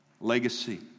legacy